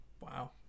wow